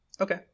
Okay